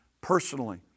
personally